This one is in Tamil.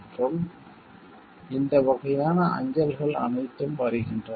மற்றும் இந்த வகையான அஞ்சல்கள் அனைத்தும் வருகின்றன